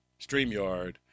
StreamYard